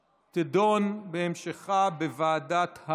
ביטול עסקת מכר מרחוק על שירותי תיירות בישראל),